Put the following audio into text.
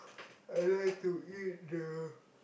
I like to eat the